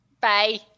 Bye